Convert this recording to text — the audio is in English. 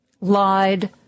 lied